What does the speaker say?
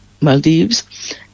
Maldives